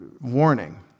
warning